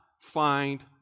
find